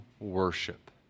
Worship